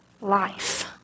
life